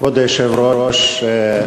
כבוד היושב-ראש,